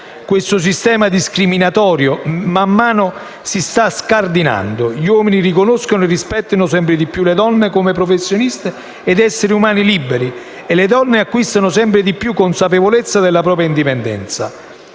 Questo sistema discriminatorio, man mano, si sta scardinando: gli uomini riconoscono e rispettano sempre di più le donne come professioniste ed esseri umani liberi e le donne acquistano sempre di più consapevolezza della propria indipendenza.